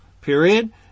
period